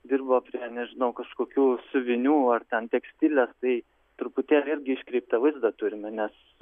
dirbo prie nežinau kažkokių siuvinių ar ten tekstilės tai truputėlį irgi iškreiptą vaizdą turime nes